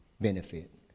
benefit